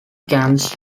camps